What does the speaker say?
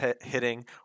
hitting